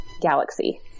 galaxy